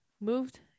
moved